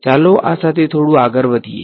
ચાલો આ સાથે થોડું આગળ વધીએ